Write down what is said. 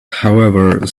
however